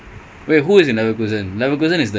okay there's only one winner in lau cuisine